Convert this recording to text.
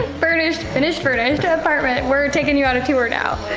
furnished finished, furnished apartment, we're taking you on a tour now.